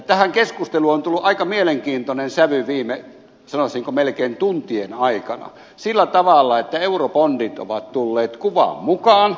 tähän keskusteluun on tullut aika mielenkiintoinen sävy melkein sanoisinko viime tuntien aikana sillä tavalla että eurobondit ovat tulleet kuvaan mukaan